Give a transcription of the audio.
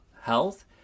health